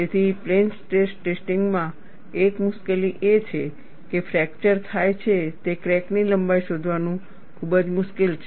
તેથી plain stress ટેસ્ટિંગમાં એક મુશ્કેલી એ છે કે ફ્રેકચર થાય છે તે ક્રેક ની લંબાઈ શોધવાનું ખૂબ જ મુશ્કેલ છે